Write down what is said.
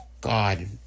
God